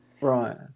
Right